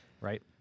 right